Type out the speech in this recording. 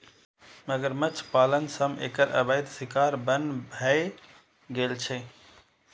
मगरमच्छ पालन सं एकर अवैध शिकार बन्न भए गेल छै